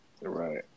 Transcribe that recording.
Right